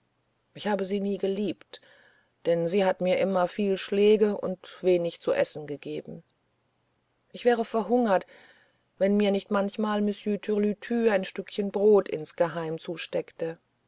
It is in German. ich habe sie nie geliebt denn sie hat mir immer viel schläge und wenig zu essen gegeben ich wäre verhungert wenn mir nicht manchmal monsieur türlütü ein stückchen brot insgeheim zusteckte